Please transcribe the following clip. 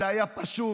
זה היה פשוט,